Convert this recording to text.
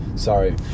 Sorry